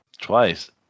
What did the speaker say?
Twice